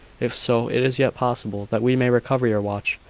if so, it is yet possible that we may recover your watch.